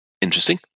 interesting